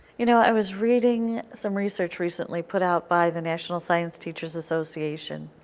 you know, i was reading some research recently put out by the national science teachers' association,